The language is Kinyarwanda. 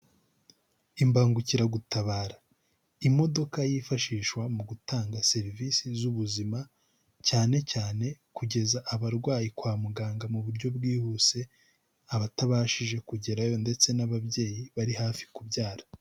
Imbangukiragutabara, imodoka yifashishwa mu gutanga serivisi z'ubuzima cyane cyane kugeza abarwayi kwa muganga mu buryo bwihuse, abatabashije kugerayo ndetse n'ababyeyi bari hafi kubyara.